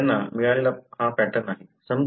तर त्यांना मिळालेला हा पॅटर्न आहे